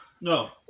No